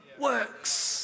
works